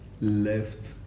Left